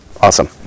Awesome